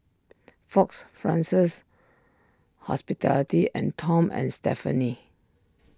Fox Fraser's Hospitality and Tom and Stephanie